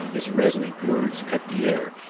his resonant words cut the air.